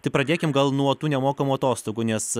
tai pradėkim gal nuo tų nemokamų atostogų nes